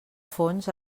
fons